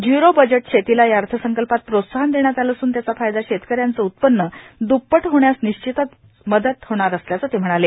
zero budget शेतीला या अर्थसंकल्पात प्रोत्साहन देण्यात आलं असून त्याचा फायदा शेतकऱ्यांचं उत्पन्न द्पपट होण्यास निश्चितच मदत होणार असल्याचं ते म्हणाले